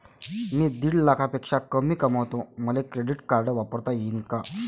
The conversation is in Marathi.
मी दीड लाखापेक्षा कमी कमवतो, मले क्रेडिट कार्ड वापरता येईन का?